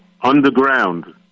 underground